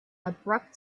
abrupt